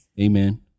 Amen